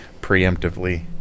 preemptively